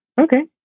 Okay